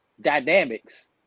dynamics